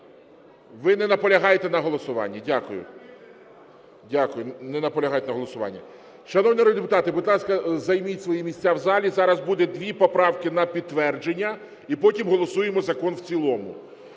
Ви не наполягаєте на голосуванні? Дякую. Не наполягає на голосуванні. Шановні народні депутати, будь ласка, займіть свої місця в залі, зараз буде дві поправки на підтвердження і потім голосуємо закон в цілому.